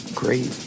great